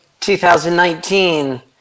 2019